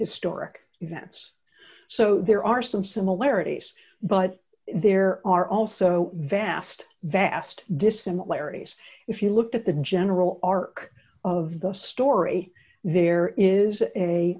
historic events so there are some similarities but there are also vast vast dissimilarities if you look at the general are of the story there is a